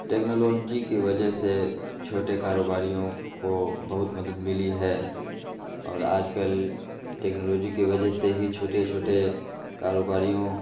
technology کے وجہ سے چھوٹے کاروباریوں کو بہت مدد ملی ہے اور آج کل ٹیکنالوجی کی وجہ سے ہی چھوٹے چھوٹے کاروباریوں